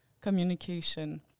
communication